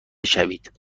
شوید